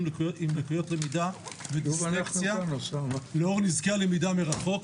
עם לקויות למידה ודיסלקציה לאור נזקי הלמידה מרחוק.